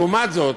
לעומת זאת,